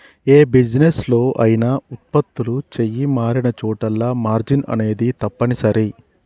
యే బిజినెస్ లో అయినా వుత్పత్తులు చెయ్యి మారినచోటల్లా మార్జిన్ అనేది తప్పనిసరి